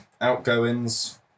Outgoings